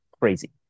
crazy